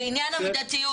ועניין המידתיות,